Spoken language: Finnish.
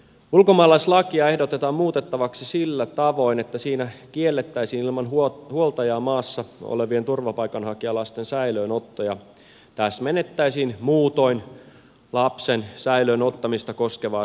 ulkomaalaislakia ehdotetaan muutettavaksi sillä tavoin että siinä kiellettäisiin ilman huoltajaa maassa olevien turvapaikanhakijalasten säilöönotto ja täsmennettäisiin muutoin lapsen säilöön ottamista koskevaa sääntelyä